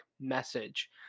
message